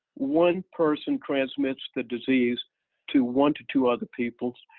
one person transmits the disease to one to to other people,